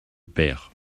père